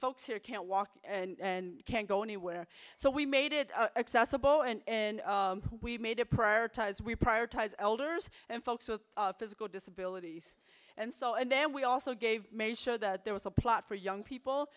folks here can't walk and can't go anywhere so we made it accessible and we made it prioritize we prioritize elders and folks with physical disabilities and so and then we also gave made sure that there was a plot for young people